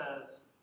says